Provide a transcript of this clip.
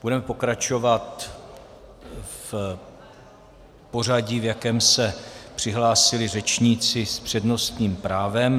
Budeme pokračovat v pořadí, v jakém se přihlásili řečníci s přednostním právem.